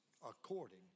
according